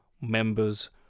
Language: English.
members